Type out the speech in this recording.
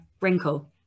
wrinkle